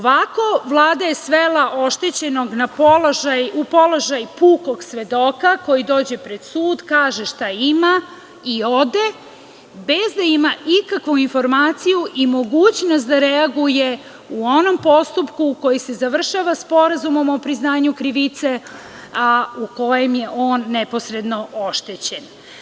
Vlada je svela oštećenog u položaj pukog svedoka koji dođe pred sud, kaže šta ima i ode, bez da ima ikakvu informaciju i mogućnost da reaguje u onom postupku koji se završava sporazumom o priznanju krivice, a u kojem je on neposredno oštećen.